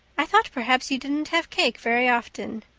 i thought perhaps you didn't have cake very often.